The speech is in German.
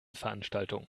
veranstaltung